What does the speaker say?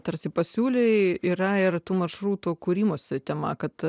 tarsi pasiūlei yra ir tų maršrutų kūrimosi tema kad